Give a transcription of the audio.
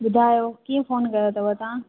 ॿुधायो कीअं फोन कयो अथव तव्हां